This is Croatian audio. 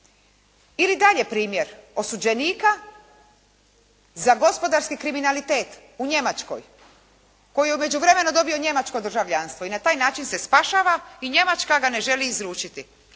Ili dalje primjer, osuđenika za gospodarski kriminalitet u Njemačkoj, koji je u međuvremenu dobio njemačko državljanstvo i na taj način se spašava i Njemačka ga ne želi izručiti,